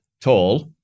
tall